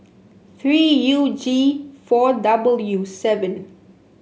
three U G four W seven